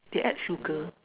they add sugar